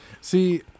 See